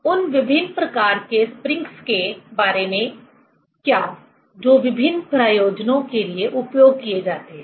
उन विभिन्न प्रकार के स्प्रिंग्स के बारे में क्या जो विभिन्न प्रयोजनों के लिए उपयोग किए जाते हैं